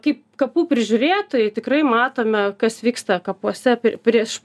kaip kapų prižiūrėtojai tikrai matome kas vyksta kapuose prieš